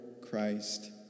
Christ